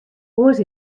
oars